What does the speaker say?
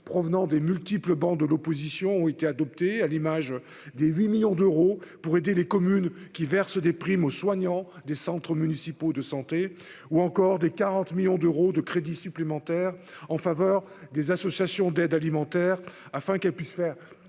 provenant des multiples bancs de l'opposition ont été adoptés. C'est ainsi que 8 millions d'euros viendront aider les communes qui versent des primes aux soignants des centres municipaux de santé, ou que 40 millions d'euros de crédits supplémentaires aideront les associations d'aide alimentaire à faire face